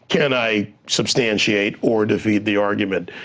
can i substantiate or defeat the argument,